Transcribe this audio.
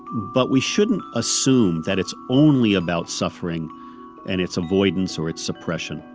but we shouldn't assume that it's only about suffering and its avoidance or its suppression.